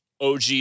OG